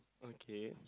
okay